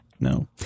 No